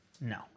no